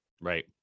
right